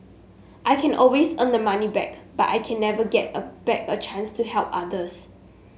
I can always earn the money back but I can never get a back a chance to help others